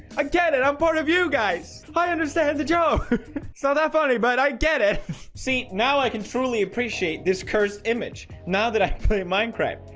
i get it. i'm part of you guys i understand the joke so that funny but i get it see now i can truly appreciate this cursed image now that i play minecraft.